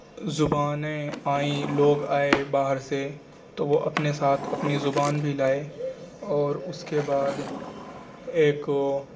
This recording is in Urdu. زبانیں آئیں لوگ آئے باہر سے تو وہ اپنے ساتھ اپنی زبان بھی لائے اور اس کے بعد ایک